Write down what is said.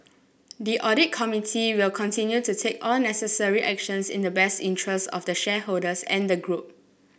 the audit committee will continue to take all necessary actions in the best interests of the shareholders and the group